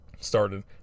started